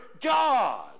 God